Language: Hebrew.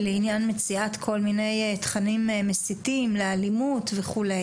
לעניין מציאת כל מיני תכנים מסיתים, לאלימות וכו'.